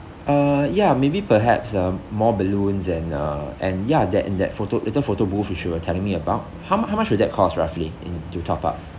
uh ya maybe perhaps uh more balloons and uh and ya that and that photo little photo booth which you were telling me about how mu~ how much will that cost roughly in to top up